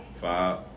Five